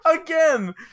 again